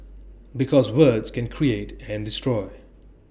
because words can create and destroy